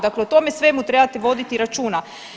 Dakle o tome svemu trebate voditi računa.